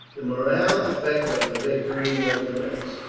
the moral effect of the victory was immense.